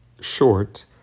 short